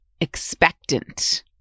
expectant